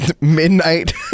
midnight